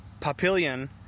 Papillion